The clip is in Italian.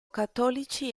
cattolici